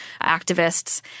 activists